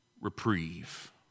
reprieve